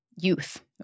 youth